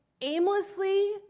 aimlessly